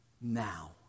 now